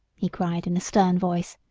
he cried in a stern voice,